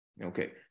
Okay